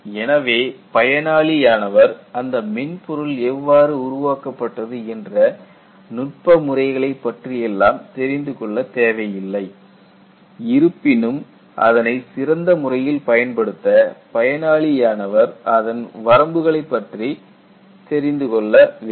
எனவே பயனாளி ஆனவர் அந்த மென்பொருள் எவ்வாறு உருவாக்கப்பட்டது என்ற நுட்ப முறைகளைப் பற்றி எல்லாம் தெரிந்து கொள்ளத் தேவையில்லை இருப்பினும் அதனை சிறந்த முறையில் பயன்படுத்த பயனாளி ஆனவர் அதன் வரம்புகளை பற்றி தெரிந்து கொள்ள வேண்டும்